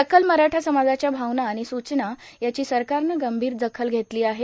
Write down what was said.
सकल मराठा समाजाच्या भावना आणि सूचना याची सरकारनं गंभीर दखल घेतली आहे